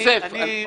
יוסף, רק רגע.